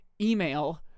email